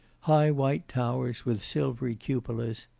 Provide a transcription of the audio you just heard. high white towers with silvery cupolas.